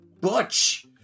butch